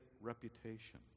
reputation